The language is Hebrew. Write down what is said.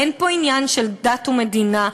אין פה עניין של דת ומדינה,